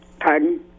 pardon